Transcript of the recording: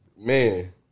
Man